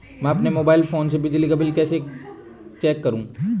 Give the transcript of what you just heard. मैं अपने mobile phone से बिजली का बिल कैसे चेक करूं?